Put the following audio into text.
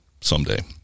someday